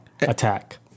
Attack